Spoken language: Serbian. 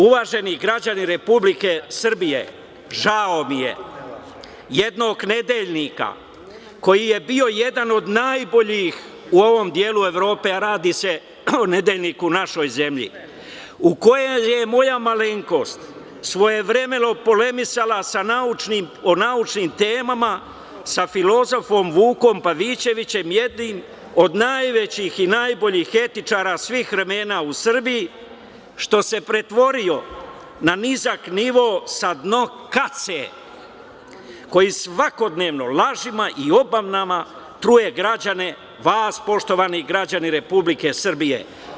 Uvaženi građani Republike Srbije, žao mi je jednog nedeljnika koji je bio jedan od najboljih u ovom delu Evrope, a radi se o nedeljniku u našoj zemlji, u kojem je moja malenkost svojevremeno polemisala o naučnim temama sa filozofom Vukom Pavićevićem, jednim od najvećih i najboljih etičara svih vremena u Srbiji, što se pretvorio na nizak nivo sa dno kace, koji svakodnevno lažima i obmanama truje građane, vas poštovani građani Republike Srbije.